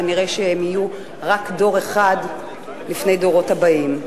כנראה יהיו רק דור אחד לפני הדורות הבאים.